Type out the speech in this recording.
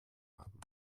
haben